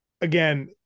again